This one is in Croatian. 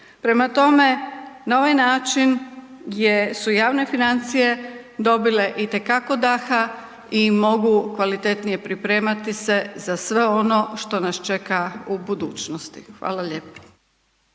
Prema tome, na ovaj način je, su javne financije dobile itekako daha i mogu kvalitetnije pripremati se za sve ono što nas čeka u budućnosti. Hvala lijepo.